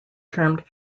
termed